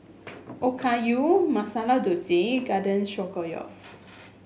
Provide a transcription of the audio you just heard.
Okayu Masala Dosa Garden Stroganoff